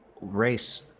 race